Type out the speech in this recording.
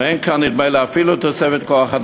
אין כאן, נדמה לי, אפילו תוספת כוח-אדם.